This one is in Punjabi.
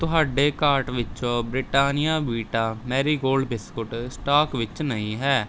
ਤੁਹਾਡੇ ਕਾਰਟ ਵਿੱਚੋਂ Britannia vita marie gold biscuit stock ਵਿੱਚ ਨਹੀਂ ਹੈ